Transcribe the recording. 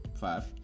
five